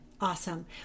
Awesome